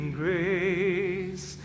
grace